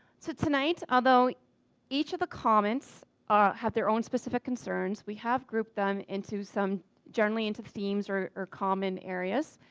so tonight, although each of the comments ah have their own specific concerns, we have grouped them into some generally into themes, or or common areas.